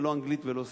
ולא אנגלית ולא שפה.